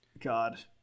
God